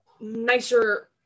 nicer